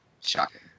Shocking